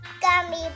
Gummy